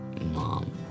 Mom